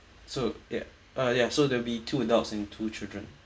so ya uh ya so there'll be two adults and two children